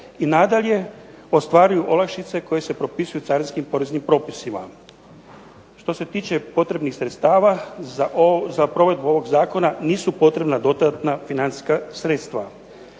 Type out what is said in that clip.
i nadalje ostvaruju olakšice koje se propisuju carinskim poreznim propisima. Što se tiče potrebnih sredstava za provedbu ovog zakona nisu potrebna dodatna financijska sredstva.